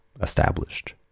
established